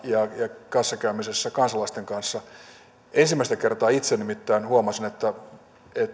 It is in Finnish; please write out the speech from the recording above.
ja ja kanssakäymisessä kansalaisten kanssa ensimmäistä kertaa itse nimittäin huomasin että